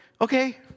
Okay